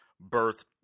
birth